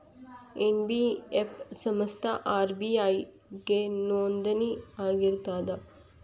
NBF ಸಂಸ್ಥಾ RBI ಗೆ ನೋಂದಣಿ ಆಗಿರ್ತದಾ?